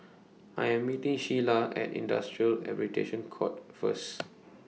I Am meeting Sheilah At Industrial Arbitration Court First